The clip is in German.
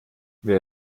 wer